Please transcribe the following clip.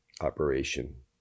operation